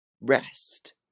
rest